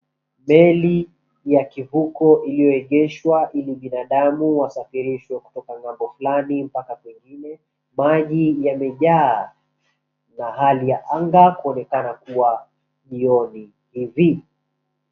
Meli ya kivuko iliyoegeshwa ili binadamu wasafirishwe kutoka ng'ambo fulani mpaka nyingine. Maji yamejaa na hali ya anga kuonekana kuwa jioni hivi.